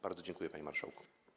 Bardzo dziękuję, panie marszałku.